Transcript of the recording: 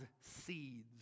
seeds